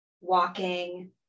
walking